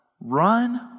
run